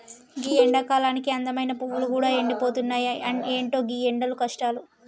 గీ ఎండకాలానికి అందమైన పువ్వులు గూడా ఎండిపోతున్నాయి, ఎంటో గీ ఎండల కష్టాలు